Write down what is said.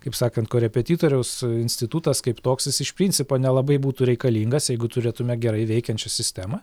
kaip sakant korepetitoriaus institutas kaip toks jis iš principo nelabai būtų reikalingas jeigu turėtume gerai veikiančią sistemą